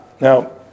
Now